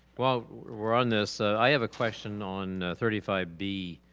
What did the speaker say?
well, we're on this, i have a question on thirty five b.